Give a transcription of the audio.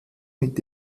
mit